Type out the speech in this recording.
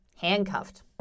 handcuffed